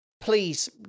please